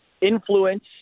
influence